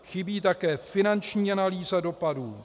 Chybí také finanční analýza dopadů.